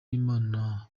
y’imana